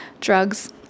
drugs